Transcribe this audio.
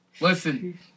Listen